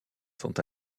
sont